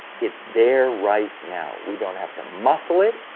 it's there right now. we don't have to muscle it,